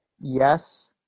yes